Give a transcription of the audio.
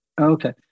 Okay